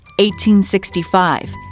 1865